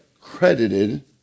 credited